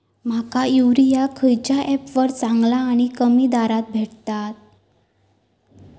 माका युरिया खयच्या ऍपवर चांगला आणि कमी दरात भेटात?